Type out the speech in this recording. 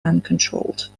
uncontrolled